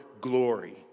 glory